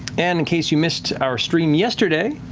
and in case you missed our stream yesterday,